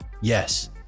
Yes